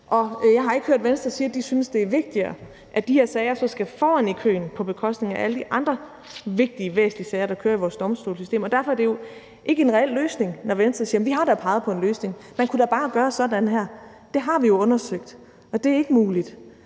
Og jeg har ikke hørt Venstre sige, at de synes, det er vigtigere, og at de her sager skal foran i køen på bekostning af alle de andre vigtige og væsentlige sager, der kører i vores domstolssystem. Derfor er det jo ikke en reel løsning, når Venstre siger: Vi har da peget på en løsning; man kunne da bare gøre sådan her. Det har vi jo undersøgt, og det er ikke muligt.